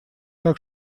так